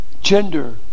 Gender